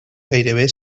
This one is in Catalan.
gairebé